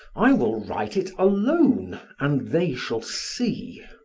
i will write it alone and they shall see.